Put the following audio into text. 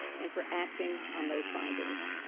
and for acting on those findings.